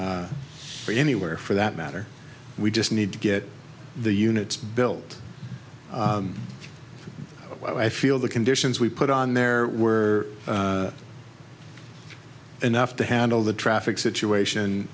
or anywhere for that matter we just need to get the units built i feel the conditions we put on there were enough to handle the traffic situation